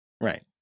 right